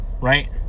right